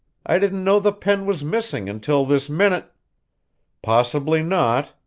i didn't know the pen was missing until this minute possibly not,